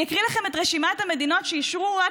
אני אקרא לכם את רשימת המדינות שאישרו רק